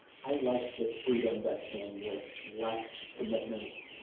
i liked the freedom that came with less commitments,